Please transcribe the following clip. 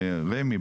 רמ"י,